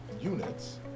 units